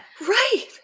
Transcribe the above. right